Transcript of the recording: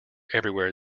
everywhere